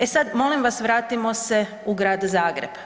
E sad, molim vas vratimo se u grad Zagreb.